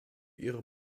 ihre